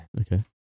Okay